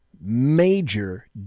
major